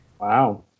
Wow